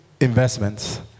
investments